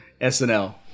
SNL